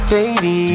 Baby